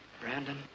Brandon